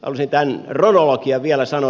halusin tämän kronologian vielä sanoa